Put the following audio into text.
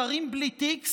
שרים בלי תיק,